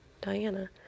diana